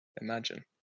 imagine